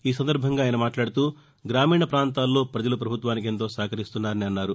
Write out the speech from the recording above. ఈ సందర్భంగా ఆయన మాట్లాడుతూ గ్రామీణ ప్రాంతాల్లో ప్రజలు ప్రభుత్వానికి ఎంతో సహకరిస్తున్నారని అన్నారు